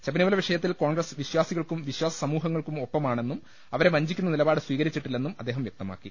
ശബരിമല വിഷയത്തിൽ കോൺഗ്രസ് വിശ്വാസികൾക്കും വിശ്വാസ സമൂഹങ്ങൾക്കും ഒപ്പമാണെന്നും അവരെ വഞ്ചി ക്കുന്ന നിലപാട് സ്വീകരിച്ചിട്ടില്ലെന്നും അദ്ദേഹം വൃക്തമാ ക്കി